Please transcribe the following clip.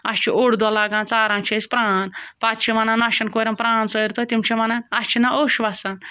اَسہِ چھِ اوٚڑ دۄہ لَگان ژاران چھِ أسۍ پرٛان پَتہٕ چھِ وَنان نۄشَن کورٮ۪ن پرٛان ژٲرۍ تو تِم چھِ وَنان اَسہِ چھِنہ اوٚش وَسان